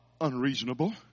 unreasonable